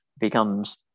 becomes